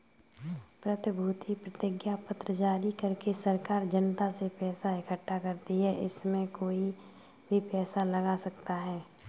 प्रतिभूति प्रतिज्ञापत्र जारी करके सरकार जनता से पैसा इकठ्ठा करती है, इसमें कोई भी पैसा लगा सकता है